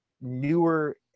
newer